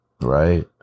right